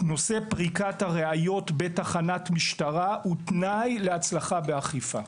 נושא פריקת הראיות בתחנת משטרה הוא תנאי להצלחה באכיפה.